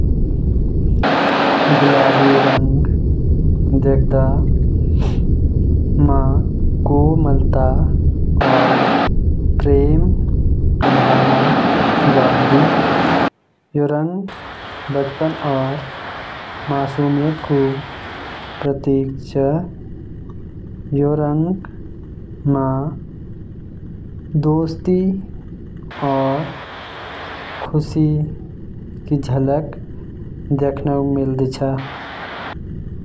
बैंगनी रंग देखदा म शाही ठाट-बाट क भावना आउंछ। यो रंग अपण भव्यता और रचनात्मकता क प्रतीक च। फूल जइसे बोगनवेलिया क रंग म सजीवता देखदा।